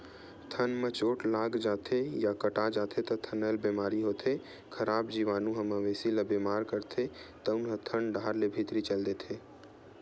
थन म चोट लाग जाथे या कटा जाथे त थनैल बेमारी होथे, खराब जीवानु ह मवेशी ल बेमार करथे तउन ह थन डाहर ले भीतरी चल देथे